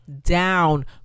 down